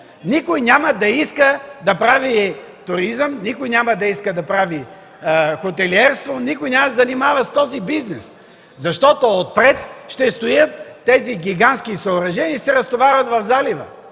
Никой няма да иска да прави туризъм, никой няма да иска да прави хотелиерство, никой няма да се занимава с този бизнес, защото отпред ще стоят тези гигантски съоръжения и ще се разтоварват в залива.